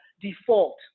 default